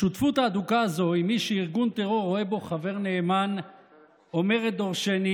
השותפות ההדוקה הזאת עם מי שארגון טרור רואה בו חבר נאמן אומרת דורשני,